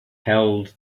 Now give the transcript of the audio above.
held